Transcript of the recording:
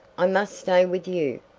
i must stay with you.